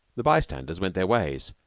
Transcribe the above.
the by-standers went their ways,